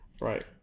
right